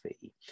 fee